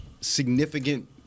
significant